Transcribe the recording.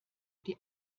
die